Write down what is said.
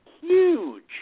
Huge